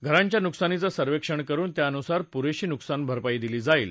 घरांच्या नुकसानीचं सर्वेक्षण करुन त्यानुसार पुरेशी नुकसान भरपाई दिली जाईल